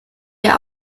der